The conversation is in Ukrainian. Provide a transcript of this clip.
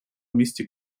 місті